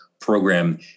program